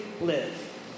live